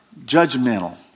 judgmental